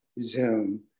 Zoom